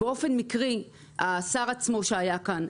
באופן מקרי השר עצמו שהיה כאן,